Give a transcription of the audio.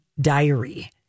diary